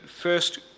first